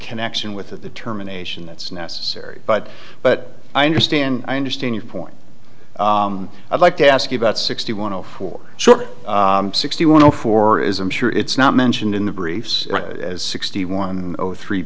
connection with the terminations that's necessary but but i understand i understand your point i'd like to ask you about sixty want to for sure sixty one zero four is i'm sure it's not mentioned in the briefs as sixty one three